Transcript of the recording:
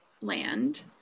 land